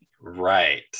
right